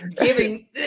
giving